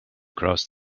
cross